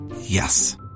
Yes